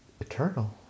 eternal